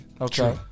Okay